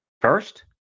First